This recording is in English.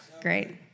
Great